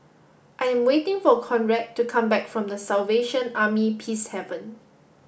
I am waiting for Conrad to come back from The Salvation Army Peacehaven